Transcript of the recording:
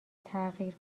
تغییر